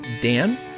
Dan